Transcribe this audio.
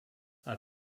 are